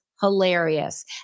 hilarious